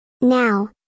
Now